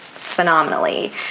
phenomenally